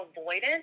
avoidance